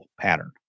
pattern